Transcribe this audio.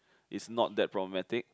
is not that problematic